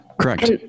correct